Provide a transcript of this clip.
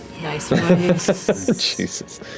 Jesus